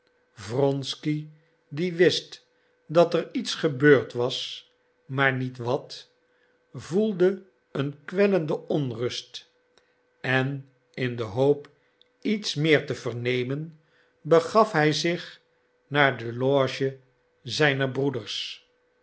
wronsky die wist dat er iets gebeurd was maar niet wat voelde een kwellende onrust en in de hoop iets meer te vernemen begaf hij zich naar de loge zijns broeders